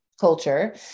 culture